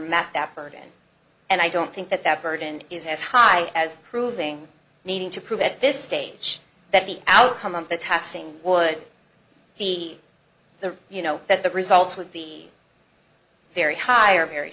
map that burden and i don't think that that burden is as high as proving needing to prove at this stage that the outcome of the testing would be the you know that the results would be very high or very